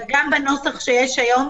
וגם בנוסח שיש היום.